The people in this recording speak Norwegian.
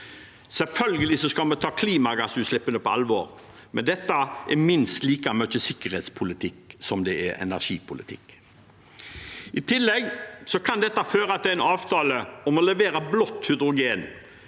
Selvfølgelig skal vi ta klimagassutslippene på alvor, men dette er minst like mye sikkerhetspolitikk som det er energipolitikk. I tillegg kan dette føre til en avtale om å levere blått hydrogen,